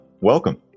welcome